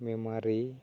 ᱢᱮᱢᱟᱨᱤ